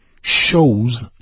shows